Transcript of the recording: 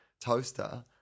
toaster